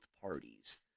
parties